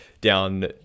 down